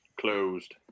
closed